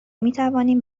میتوانیم